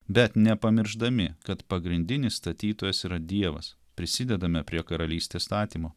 bet nepamiršdami kad pagrindinis statytojas yra dievas prisidedame prie karalystės statymo